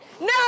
No